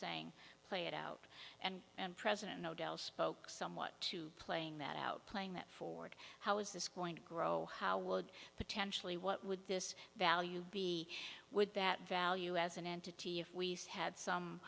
saying play it out and and president nobel spoke somewhat to playing that out playing that forward how is this going to grow how would potentially what would this value be would that value as an entity if we had some